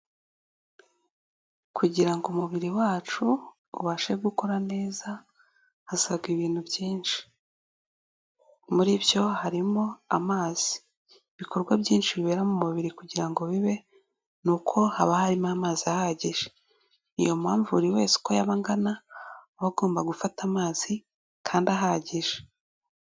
Kugirango umubiri wacu ubashe gukora neza, hasabwa ibintu byinshi. Muri byo harimo amazi. Ibikorwa byinshi bibera mu mubiri kugira ngo bibe ni uko haba harimo amazi ahagije. niyo mpamvu buri wese uko yaba angana aba agomba gufata amazi kandi ahagije.